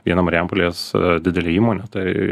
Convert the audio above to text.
viena marijampolės didele įmone tai